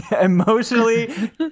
emotionally